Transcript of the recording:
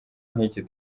nk’iki